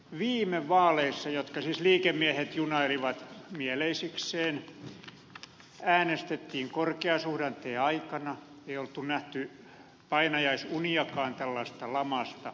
viime vaaleissa jotka siis liikemiehet junailivat mieleisikseen äänestettiin korkeasuhdanteen aikana ei ollut nähty painajaisuniakaan tällaisesta lamasta